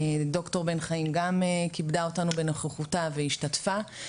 ד"ר בן חיים גם כיבדה אותנו בנוכחותה והשתתפה,